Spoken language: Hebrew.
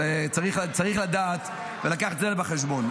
צריך לדעת ולקחת את זה בחשבון.